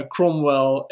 Cromwell